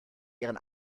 ihren